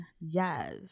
Yes